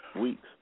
weeks